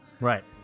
Right